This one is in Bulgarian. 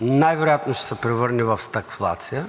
най-вероятно ще се превърне в стагфлация,